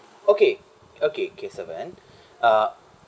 okay okay kesavan ah